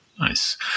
Nice